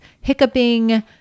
hiccuping